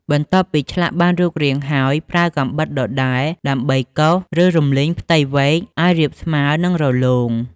បន្ទាប់ពីឆ្លាក់បានរូបរាងហើយ ប្រើកាំបិតដដែលដើម្បីកោស ឬរំលីងផ្ទៃវែកឱ្យរាបស្មើ និងរលោង។